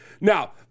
Now